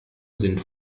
sind